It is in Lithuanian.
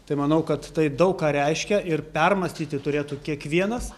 tai manau kad tai daug ką reiškia ir permąstyti turėtų kiekvienas